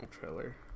trailer